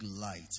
light